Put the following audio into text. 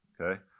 okay